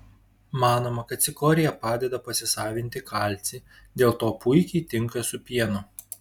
manoma kad cikorija padeda pasisavinti kalcį dėl to puikiai tinka su pienu